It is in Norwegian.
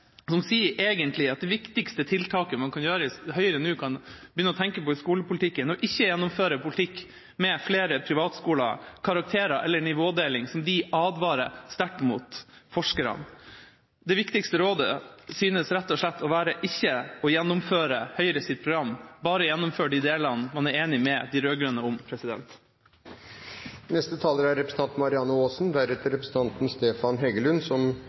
egentlig sier at det viktigste Høyre nå kan begynne å tenke på i skolepolitikken, er å ikke gjennomføre en politikk for flere privatskoler, karakterer og nivådeling, som forskerne advarer sterkt mot. Det viktigste rådet synes rett og slett å være ikke å gjennomføre Høyres program – bare gjennomføre de delene man er enig med de rød-grønne om. Hvis det er noen som